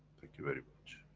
thank you very much.